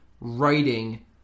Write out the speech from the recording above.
writing